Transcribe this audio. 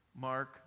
mark